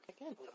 again